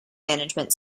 management